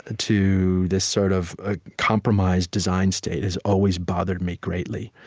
to this sort of ah compromised design state has always bothered me greatly.